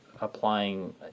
applying